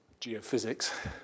geophysics